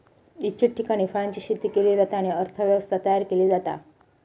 इच्छित ठिकाणी फळांची शेती केली जाता आणि अर्थ व्यवस्था तयार केली जाता